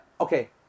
Okay